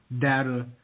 data